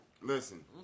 Listen